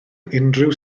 unrhyw